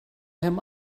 him